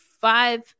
five